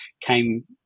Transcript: came